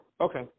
okay